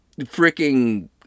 freaking